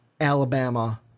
Alabama